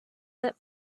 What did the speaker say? that